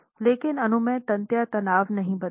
लेकिनअनुमेय तन्यता तनाव नहीं बदलेगा